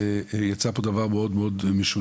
יצא פה דבר מאוד משונה.